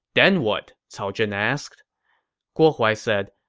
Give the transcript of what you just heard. then what? cao zhen asked guo huai said,